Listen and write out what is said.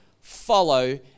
follow